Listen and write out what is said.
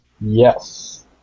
Yes